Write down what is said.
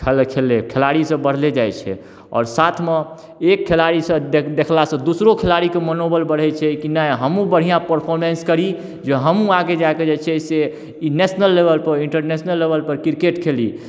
खेलै छलै खेलाड़ी सब बढ़ले जाइत छै आओर साथमे एक खेलाड़ीसँ देखलासँ दोसरो खेलाड़ीके मनोबल बढ़ैत छै कि नहि हमहुँ बढ़िआँ परफॉमेन्स करी जे हमहुँ आगे जाकऽ जे छै से ई नेशनल लेबल पर ईण्टरनेशनल लेबल पर क्रिकेट खेली